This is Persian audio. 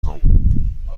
خوام